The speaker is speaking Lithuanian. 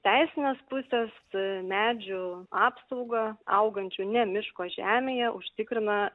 teisinės pusės medžių apsaugą augančių ne miško žemėje užtikrina